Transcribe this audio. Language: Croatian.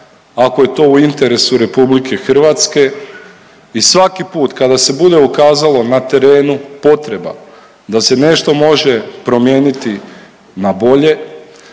ako je to u interesu RH. I svaki put kada se bude ukazalo na trenu potreba da se nešto može promijeniti na bolje,